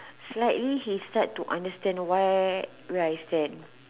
slightly he start to understand where where I stand